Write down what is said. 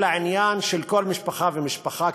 אלא עניין של כל משפחה ומשפחה.